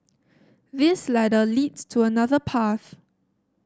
this ladder leads to another path